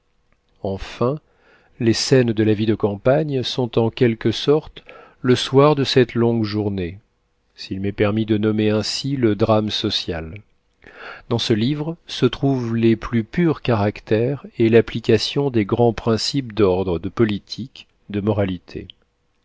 enfin les scènes de la vie de campagne sont en quelque sorte le soir de cette longue journée s'il m'est permis de nommer ainsi le drame social dans ce livre se trouvent les plus purs caractères et l'application des grands principes d'ordre de politique de moralité